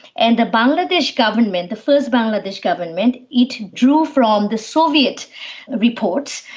and the bangladesh government, the first bangladesh government, it drew from the soviet reports,